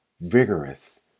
vigorous